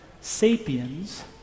Sapiens